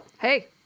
Hey